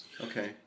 Okay